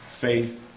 faith